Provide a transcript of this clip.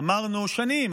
אמרנו שנים,